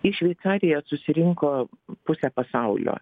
į šveicariją susirinko puse pasaulio